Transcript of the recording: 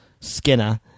Skinner